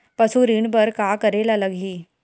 पशु ऋण बर का करे ला लगही?